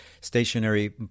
stationary